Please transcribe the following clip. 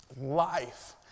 life